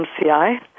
MCI